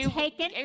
taken